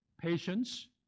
Patience